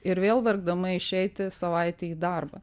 ir vėl verkdama išeiti savaitei į darbą